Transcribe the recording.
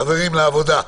חברים, לעבודה.